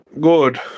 Good